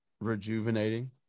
rejuvenating